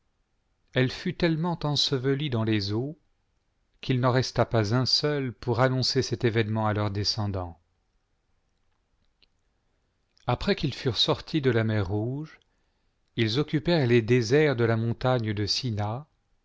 elle fut tellement ensevelie dans les eaux qu'il n'en resta pas un seul pour annoncer cet vnement leur descendant après qu'ils furent sortis de la mer rouge ils occupèrent les déserts de la montagne de